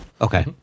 Okay